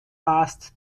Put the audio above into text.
passed